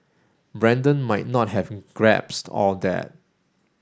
Brandon might not have grasped all that